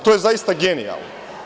To je zaista genijalno.